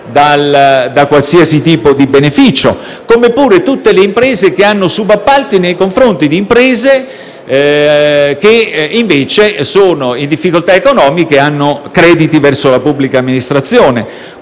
da qualsiasi tipo di beneficio, come pure quello di tutte le imprese che hanno subappalti nei confronti di imprese, che invece sono in difficoltà economiche e hanno crediti verso la pubblica amministrazione.